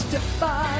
Defy